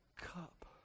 cup